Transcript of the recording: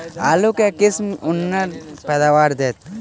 आलु केँ के किसिम उन्नत पैदावार देत?